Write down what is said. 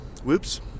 whoops